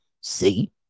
See